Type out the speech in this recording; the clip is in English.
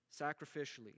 sacrificially